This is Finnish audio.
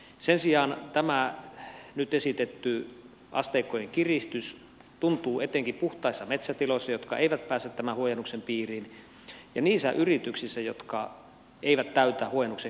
sen sijaan tämä nyt esitetty asteikkojen kiristys tuntuu etenkin puhtaissa metsätiloissa jotka eivät pääse tämän huojennuksen piiriin ja niissä yrityksissä jotka eivät täytä huojennuksen kriteereitä